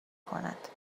کند